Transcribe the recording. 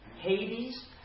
Hades